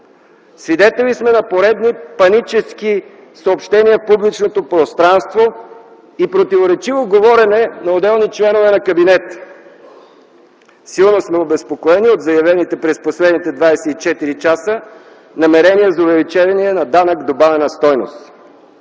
Свидетели сме на поредните панически съобщения в публичното пространство и противоречиво говорене на отделни членове на кабинета. Силно сме обезпокоени от заявените през последните 24 часа намерения за увеличение на данък добавена стойност.